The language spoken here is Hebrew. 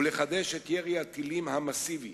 ולחדש את ירי הטילים המסיבי